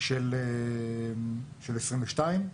של 23',